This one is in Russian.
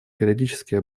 периодический